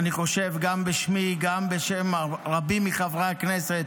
אני חושב שגם בשמי וגם בשם רבים מחברי הכנסת,